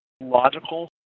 logical